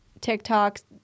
TikTok's